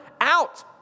out